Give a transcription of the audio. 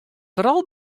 foaral